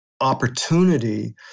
opportunity